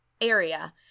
area